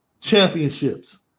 championships